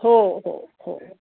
हो हो हो